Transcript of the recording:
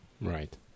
Right